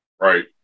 Right